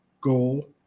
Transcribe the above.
goal